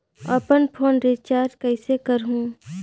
अपन phone recharge कइसे करहु?